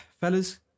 fellas